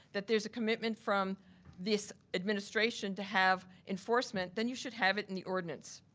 that there's a commitment from this administration to have enforcement, then you should have it in the ordinance.